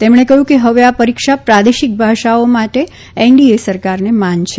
તેમણે કહ્યું કે હવે આ પરીક્ષા પ્રાદેશિક ભાષાઓ માટે એનડીએ સરકારને માન છે